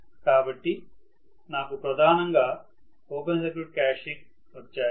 కాబట్టి నాకు ప్రధానంగా ఓపెన్ సర్క్యూట్ క్యారెక్టర్స్టిక్స్ వచ్చాయి